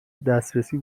دسترسی